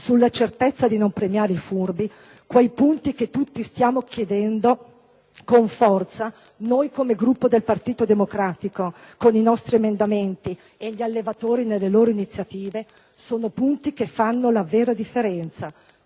la certezza che non siano premiati i furbi), quei punti che tutti stiamo chiedendo con forza - noi, come Gruppo del Partito Democratico con i nostri emendamenti, e gli allevatori nelle loro iniziative - sono punti che fanno la vera differenza,